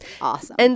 Awesome